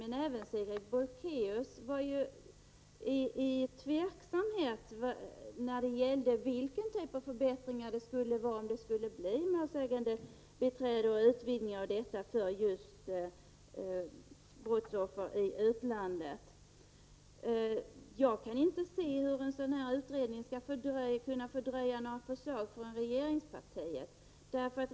Men även Sigrid Bolkéus var ju tveksam när det gäller vilken typ av förbättringar det skulle vara, om det skulle bli målsägandebiträde och utvidgning av detta för just brottsoffer i utlandet. Jag kan inte se hur en sådan utredning skulle kunna fördröja några förslag från regeringspartiet.